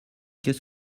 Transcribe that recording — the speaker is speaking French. qu’est